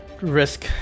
risk